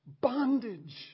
Bondage